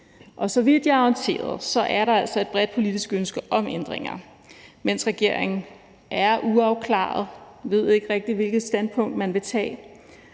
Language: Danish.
Og så vidt jeg er orienteret, er der altså et bredt politisk ønske om ændringer, mens regeringen er uafklaret og ikke rigtig ved, hvilket standpunkt man vil tage.